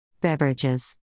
Beverages